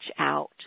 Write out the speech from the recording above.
out